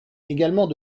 également